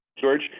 George